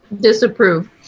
Disapprove